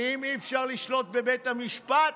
אם אי-אפשר לשלוט בבית המשפט,